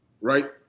Right